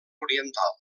oriental